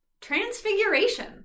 Transfiguration